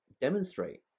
demonstrate